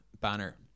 banner